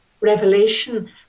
revelation